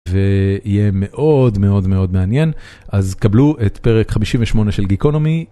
יהיה מאוד מאוד מאוד מעניין אז קבלו את פרק 58 של גיקונומי.